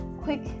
quick